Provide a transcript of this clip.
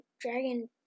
Dragon